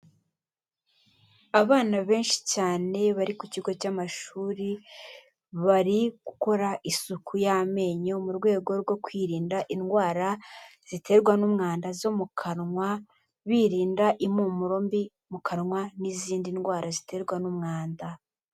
Abana benshi cyane bari ku kigo cy'amashuri, bari gukora isuku y'amenyo mu rwego rwo kwirinda indwara ziterwa n'umwanda zo mu kanwa, birinda impumuro mbi mu kanwa n'izindi ndwara ziterwa n'umwanda.